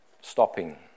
stopping